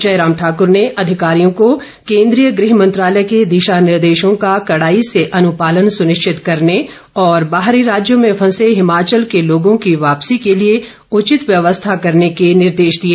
जयराम ठाकुर ने अधिकारियों को केंद्रीय गृह मंत्रालय के दिशा निर्देशों का कड़ाई से अनुपालन सुनिश्चित करने और बाहरी राज्यों में फंसे हिमाचल के लोगों की वापसी के लिए उचित व्यवस्था करने के निर्देश दिए